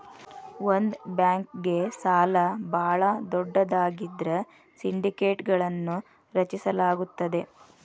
ಒಂದ ಬ್ಯಾಂಕ್ಗೆ ಸಾಲ ಭಾಳ ದೊಡ್ಡದಾಗಿದ್ರ ಸಿಂಡಿಕೇಟ್ಗಳನ್ನು ರಚಿಸಲಾಗುತ್ತದೆ